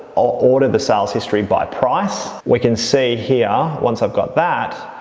i'll order the sales history by price. we can see here, once i've got that,